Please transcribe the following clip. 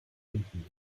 hinten